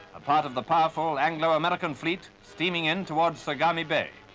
a part of the powerful anglo-american fleet steaming in towards sagami bay,